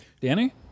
Danny